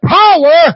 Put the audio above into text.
power